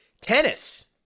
Tennis